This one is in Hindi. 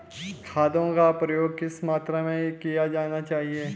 खादों का प्रयोग किस मात्रा में किया जाना चाहिए?